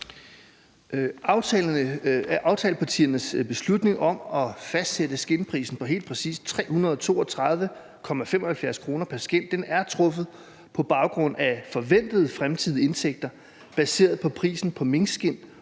Aftalepartiernes beslutning om at fastsætte skindprisen på helt præcis 332,75 kr. pr. skind er truffet på baggrund af de forventede fremtidige indtægter, baseret på prisen på minkskind